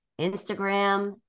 Instagram